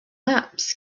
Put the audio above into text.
maps